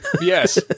yes